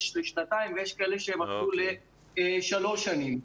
יש לשנתיים ויש כאלה שהן אפילו לשלוש שנים.